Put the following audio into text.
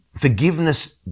Forgiveness